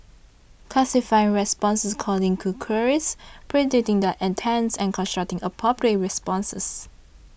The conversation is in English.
classifying responses according to queries predicting their intents and constructing appropriate responses